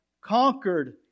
conquered